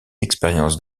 expériences